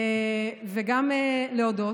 וגם להודות,